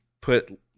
put